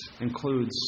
includes